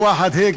בשפה הערבית,